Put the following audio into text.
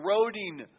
eroding